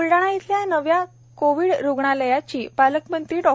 ब्लडाणा इथल्या नव्या कोविड रुग्णालयाची पालकमंत्री डॉ